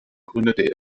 gründete